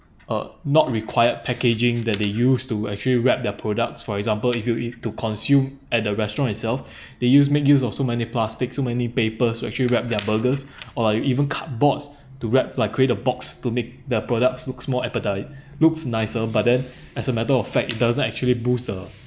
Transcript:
uh not required packaging that they use to actually wrap their products for example if you if to consume at the restaurant itself they use make use of so many plastics so many papers to actually wrap their burgers or like even cardboards to wrap like create a box to make their products looks more appeti~ looks nicer but then as a matter of fact it doesn't actually boost the